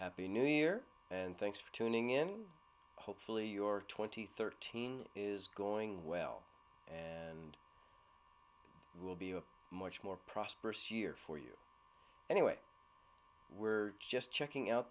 happy new year and thanks for tuning in hopefully your twenty thirteen is going well and will be a much more prosperous year for you anyway we're just checking out